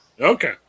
Okay